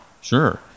sure